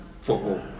football